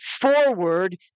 forward